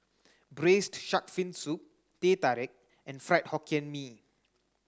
braised shark fin soup Teh Tarik and Fried Hokkien Mee